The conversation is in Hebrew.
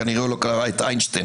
כנראה לא קרא את איינשטיין.